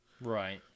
Right